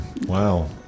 Wow